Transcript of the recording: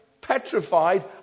petrified